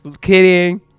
Kidding